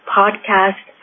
podcast